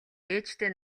ээжтэй